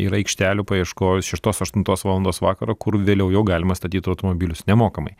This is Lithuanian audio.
yra aikštelių paieškojus šeštos aštuntos valandos vakaro kur vėliau jau galima statyti automobilius nemokamai